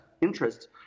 interest